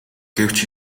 гэвч